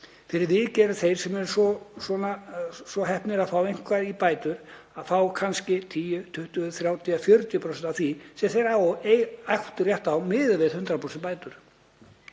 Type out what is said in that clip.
Fyrir vikið eru þeir sem eru svo heppnir að fá eitthvað í bætur að fá kannski 10, 20, 30 eða 40% af því sem þeir ættu rétt á miðað við 100% bætur.